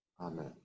Amen